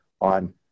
on